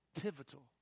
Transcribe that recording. pivotal